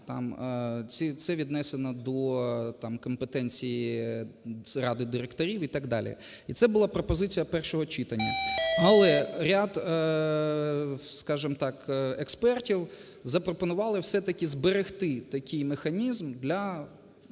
це віднесено до, там, компетенції Ради директорів і так далі. І це була пропозиція першого читання. Але ряд, скажемо так, експертів запропонували все-таки зберегти такий механізм для